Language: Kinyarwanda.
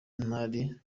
ntari